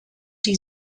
die